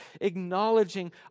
acknowledging